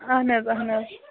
اہَن حظ اہَن حظ